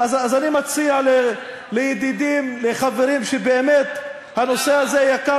אז אני מציע לידידים וחברים שהנושא הזה באמת יקר